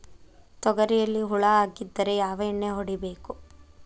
ತೊಗರಿಯಲ್ಲಿ ಹುಳ ಆಗಿದ್ದರೆ ಯಾವ ಎಣ್ಣೆ ಹೊಡಿಬೇಕು?